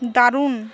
দারুন